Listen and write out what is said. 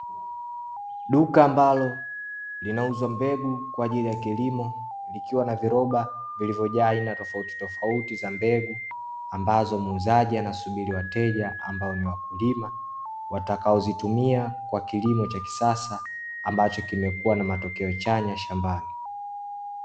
Duka ambalo linauza mbegu kwaajili ya kilimo likiwa na viroba vilivyojaa aina tofauti tofauti za mbegu, ambazo muuzaji anasubiri wateja ambao ni wakulima watakao zitumia kwa kilimo cha kisasa, ambacho kimekua na matokeo chanya shambani.